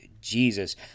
Jesus